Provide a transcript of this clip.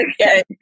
Okay